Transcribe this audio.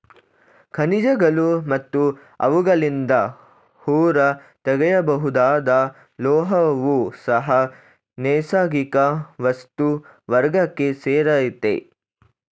ಖನಿಜಗಳು ಮತ್ತು ಅವುಗಳಿಂದ ಹೊರತೆಗೆಯಬಹುದಾದ ಲೋಹವೂ ಸಹ ನೈಸರ್ಗಿಕ ವಸ್ತು ವರ್ಗಕ್ಕೆ ಸೇರಯ್ತೆ